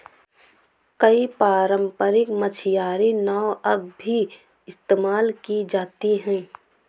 कई पारम्परिक मछियारी नाव अब भी इस्तेमाल की जाती है